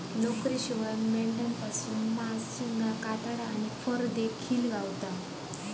लोकरीशिवाय मेंढ्यांपासना मांस, शिंगा, कातडा आणि फर देखिल गावता